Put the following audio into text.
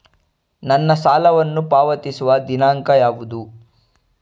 ನನ್ನ ಸಾಲವನ್ನು ಪಾವತಿಸುವ ದಿನಾಂಕ ಯಾವುದು?